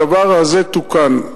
הדבר הזה תוקן.